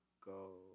go